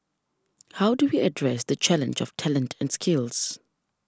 how do we address the challenge of talent and skills